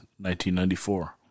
1994